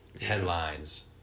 Headlines